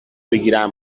بگیرن